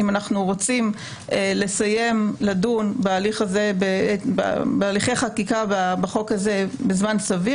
אם אנחנו רוצים לסיים לדון בהליכי חקיקה בחוק הזה בזמן סביר